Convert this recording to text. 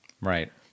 Right